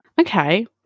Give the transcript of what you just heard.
okay